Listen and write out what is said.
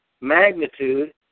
magnitude